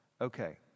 okay